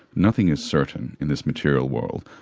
nothing is certain in this material world.